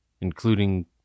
Including